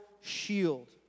shield